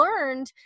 learned